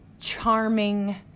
Charming